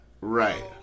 Right